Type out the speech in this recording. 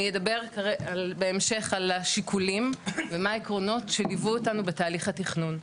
אני אדבר בהמשך על השיקולים ומה העקרונות שליוו אותנו בתהליך התכנון,